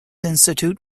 institute